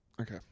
Okay